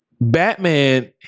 Batman